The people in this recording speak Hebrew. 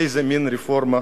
איזה מין רפורמה,